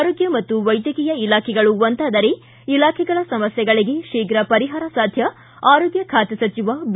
ಆರೋಗ್ಯ ಮತ್ತು ವೈದ್ಯಕೀಯ ಇಲಾಖೆಗಳು ಒಂದಾದರೆ ಇಲಾಖೆಗಳ ಸಮಸ್ಯೆಗಳಿಗೆ ಶೀಪ್ರ ಪರಿಹಾರ ಸಾಧ್ಯ ಆರೋಗ್ಯ ಖಾತೆ ಸಚಿವ ಬಿ